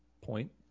Point